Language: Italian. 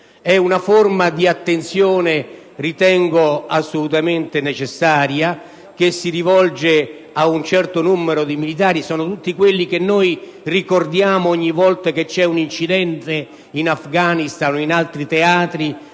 È una forma di attenzione che ritengo assolutamente necessaria, che si rivolge ad un certo numero di militari; si tratta di tutti quelli che ricordiamo ogni volta che si verifica un incidente in Afghanistan o in altri teatri,